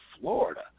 Florida